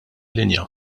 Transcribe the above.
linja